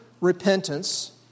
repentance